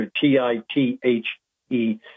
T-I-T-H-E